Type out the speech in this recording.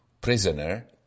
prisoner